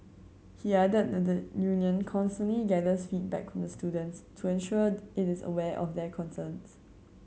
he added that the union constantly gathers feedback the students to ensure it is aware of their concerns